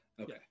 Okay